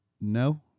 No